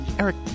Eric